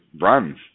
run